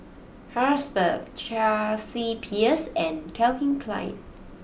Carlsberg Chelsea Peers and Calvin Klein